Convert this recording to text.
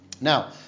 Now